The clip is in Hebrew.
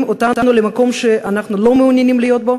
אותנו למקום שאנחנו לא מעוניינים להיות בו.